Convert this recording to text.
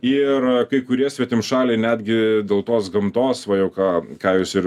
ir kai kurie svetimšaliai netgi dėl tos gamtos va jau ką ką jūs ir